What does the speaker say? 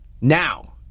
Now